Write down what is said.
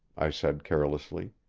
i said carelessly.